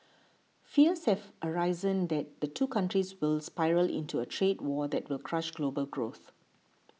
fears have arisen that the two countries will spiral into a trade war that will crush global growth